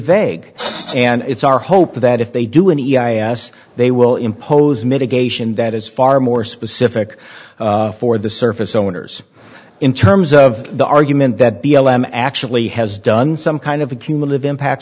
vague and it's our hope that if they do in e i a s they will impose mitigation that is far more specific for the surface owners in terms of the argument that b l m actually has done some kind of a cumulative impacts